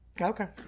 Okay